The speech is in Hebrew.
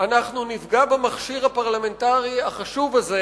נפגע במכשיר הפרלמנטרי החשוב הזה,